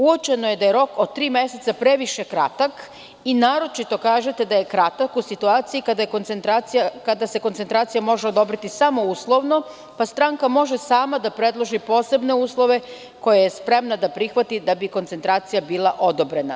Uočeno je da je rok od tri meseca previše kratak i naročito kažete da je kratak u situaciji kada se koncentracija može odobriti samo uslovno, pa stranka može sama da predloži posebne uslove, koje je spremna da prihvati da bi koncentracija bila odobrena.